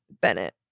Bennett